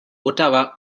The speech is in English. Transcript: ottawa